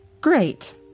Great